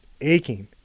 aching